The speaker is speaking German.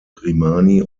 grimani